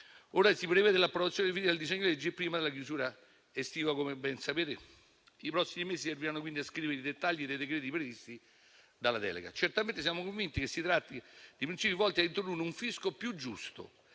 Ora si prevede l'approvazione definitiva del disegno di legge prima della chiusura estiva, come ben sapete. I prossimi mesi serviranno quindi a scrivere i dettagli dei decreti previsti dalla delega. Certamente siamo convinti che si tratti di principi volti a introdurre un fisco più giusto,